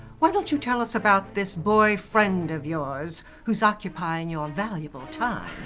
why don't you tell us about this boy friend of yours who's occupying your valuable time.